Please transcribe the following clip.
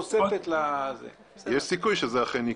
יש סיכוי שזה יקרה.